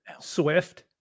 Swift